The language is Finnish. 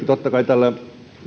totta kai myöskin